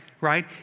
right